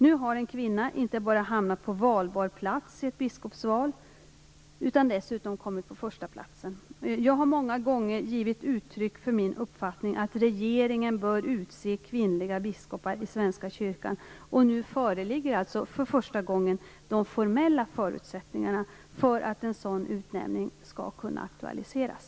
Nu har en kvinna inte bara hamnat på valbar plats i ett biskopsval utan dessutom kommit på första platsen. Jag har många gånger givit uttryck för min uppfattning att regeringen bör utse kvinnliga biskopar i Svenska kyrkan. Nu föreligger för första gången de formella förutsättningarna för att en sådan utnämning skall kunna aktualiseras.